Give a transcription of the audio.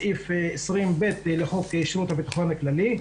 בסעיף 20(ב) לחוק שירות הביטחון הכללי,